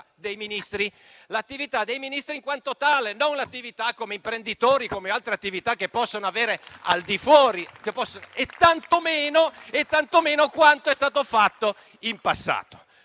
dei ministri». L'attività dei ministri in quanto tale, non l'attività come imprenditore o le altre attività che possono avere al di fuori e tantomeno quanto è stato fatto nel passato.